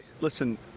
Listen